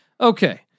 Okay